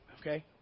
Okay